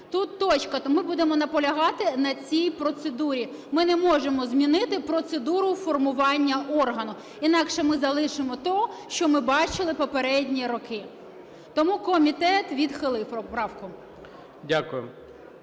Тут точка. То ми будемо наполягати на цій процедурі. Ми не можемо змінити процедуру формування органу, інакше ми залишимо те, що ми бачили попередні роки. Тому комітет відхилив правку.